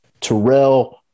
Terrell